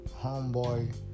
Homeboy